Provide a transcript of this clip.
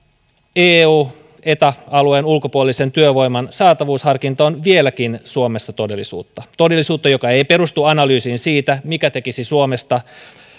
eu eta alueen ulkopuolisen työvoiman saatavuusharkinta on vieläkin suomessa todellisuutta todellisuutta joka ei perustu analyysiin siitä mikä tekisi suomesta